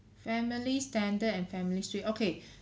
family standard and families suite okay